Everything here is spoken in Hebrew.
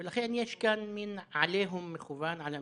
לכן, יש כאן מין עליהום מכוון על המכללות,